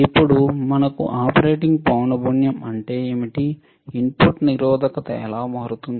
ఇప్పుడు మనకు ఆపరేటింగ్ పౌనపున్యo అంటే ఏమిటి ఇన్పుట్ నిరోధకత ఎలా మారుతుంది